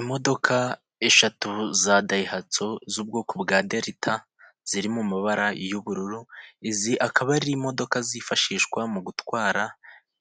Imodoka eshatu za dayihatsu z'ubwoko bwa Delita ziri mu mabara y'ubururu, izi akaba ari imodoka zifashishwa mu gutwara